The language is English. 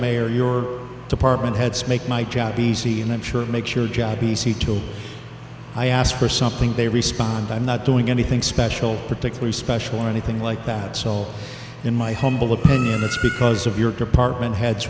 mayor your department heads make my job easy and i'm sure it makes your job easy till i ask for something they respond i'm not doing anything special particular special or anything like that so in my humble opinion it's because of your department heads